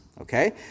Okay